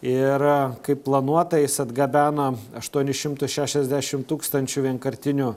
ir kaip planuota jis atgabeno aštuonis šimtus šešiasdešimt tūkstančių vienkartinių